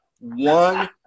one